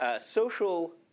social